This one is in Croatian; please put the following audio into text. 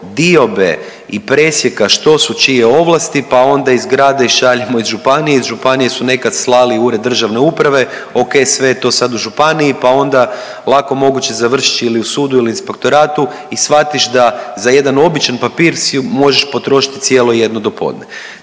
diobe i presjeka što su čije ovlasti, pa onda iz grada ih šaljemo u županije, iz županije su nekad slali u Ured državne uprave, okej sve je to sad u županiji, pa onda lako moguće završiš ili u sudu ili u inspektoratu i shvatiš da za jedan običan papir si možeš potrošiti cijelo jedno dopodne.